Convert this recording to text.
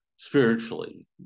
spiritually